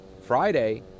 Friday